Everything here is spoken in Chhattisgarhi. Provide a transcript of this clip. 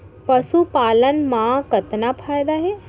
पशुपालन मा कतना फायदा हे?